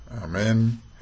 Amen